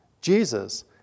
Jesus